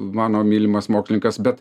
mano mylimas mokslininkas bet